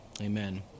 Amen